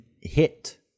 hit